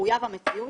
שמחויב המציאות.